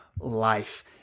life